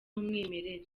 umwimerere